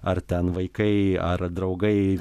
ar ten vaikai ar draugai